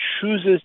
chooses